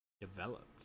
developed